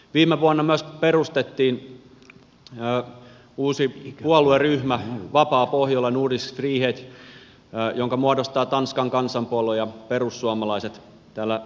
viime vuonna myös perustettiin uusi puolueryhmä vapaa pohjola nordisk frihet jonka muodostavat tanskan kansanpuolue ja perussuomalaiset täällä suomessa